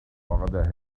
father